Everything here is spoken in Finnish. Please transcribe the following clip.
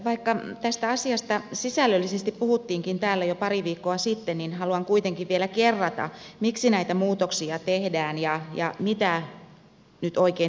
vaikka tästä asiasta sisällöllisesti puhuttiinkin täällä jo pari viikkoa sitten niin haluan kuitenkin vielä kerrata miksi näitä muutoksia tehdään ja mitä nyt oikein tavoitellaan